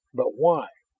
but why?